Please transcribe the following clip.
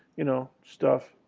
you know, stuff.